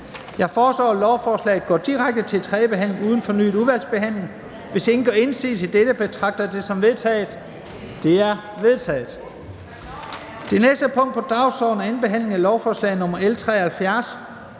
Jeg foreslår, at lovforslaget går direkte til tredje behandling uden fornyet udvalgsbehandling. Hvis ingen gør indsigelse, betragter jeg det som vedtaget. Det er vedtaget. --- Det næste punkt på dagsordenen er: 24) 2. behandling af lovforslag nr. L 73: